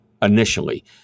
initially